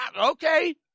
okay